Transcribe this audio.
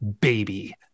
baby